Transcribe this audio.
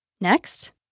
Next